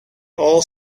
all